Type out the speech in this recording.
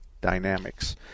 Dynamics